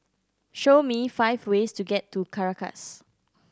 show me five ways to get to Caracas